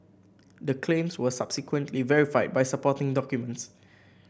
the claims were subsequently verified by supporting documents